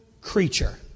creature